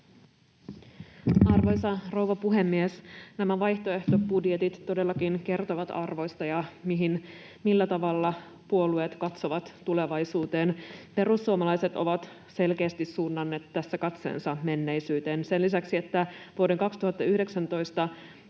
Arvoisa rouva puhemies! Nämä vaihtoehtobudjetit todellakin kertovat arvoista ja siitä, millä tavalla puolueet katsovat tulevaisuuteen. Perussuomalaiset ovat selkeästi suunnanneet tässä katseensa menneisyyteen. Sen lisäksi, että vuoden 2019